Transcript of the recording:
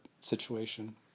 situation